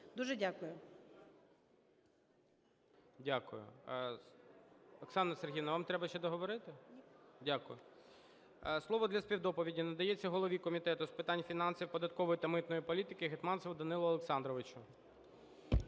ГОЛОВУЮЧИЙ. Дякую. Оксана Сергіївна, вам треба ще договорити? Дякую. Слово для співдоповіді надається голові Комітету з питань фінансів, податкової та митної політики Гетманцеву Данилу Олександровичу.